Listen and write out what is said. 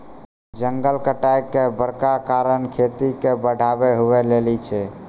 जंगल कटाय के बड़का कारण खेती के बढ़ाबै हुवै लेली छै